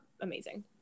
amazing